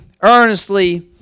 earnestly